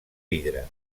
vidre